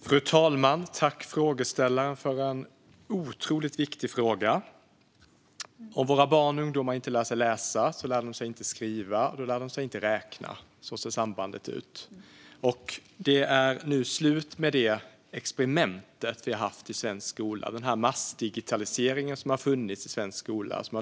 Fru talman! Jag tackar frågeställaren för en otroligt viktig fråga. Om våra barn och ungdomar inte lär sig läsa lär de sig inte skriva, och då lär de sig inte att räkna. Så ser sambandet ut. Nu är det slut med experimentet med massdigitalisering i svensk skola.